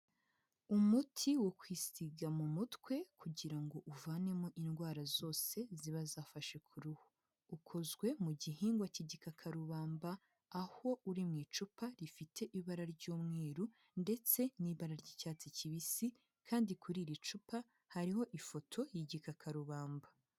Umuti wo kwisiga mu mutwe kugira ngo uvanemo indwara zose ziba zafashe ku ruhu. Ukozwe mu gihingwa cy'igikakarubamba, aho uri mu icupa rifite ibara ry'umweru ndetse n'ibara ry'icyatsi kibisi kandi kuri iri cupa hariho ifoto y'igikakarubamba.